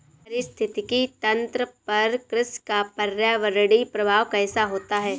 पारिस्थितिकी तंत्र पर कृषि का पर्यावरणीय प्रभाव कैसा होता है?